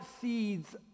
seeds